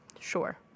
Sure